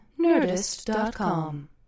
nerdist.com